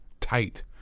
tight